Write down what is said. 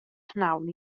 pnawn